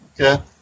okay